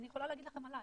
אני יכולה להגיד לכם עליי.